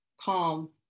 calm